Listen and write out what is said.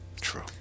True